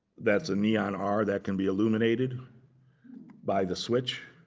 that's a neon r that can be illuminated by the switch.